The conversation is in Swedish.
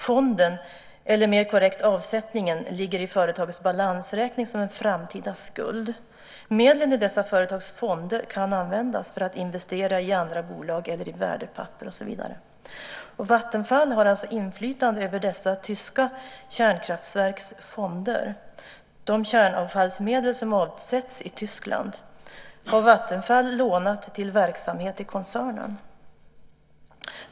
Fonden, eller mer korrekt avsättningen, ligger i företagets balansräkning som en framtida skuld. Medlen i dessa företags fonder kan användas för att investera i andra bolag eller i värdepapper och så vidare. Vattenfall har alltså inflytande över dessa tyska kärnkraftsverks fonder. De kärnavfallsmedel som avsätts i Tyskland har Vattenfall lånat till verksamhet i koncernen.